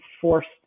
forced